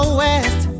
west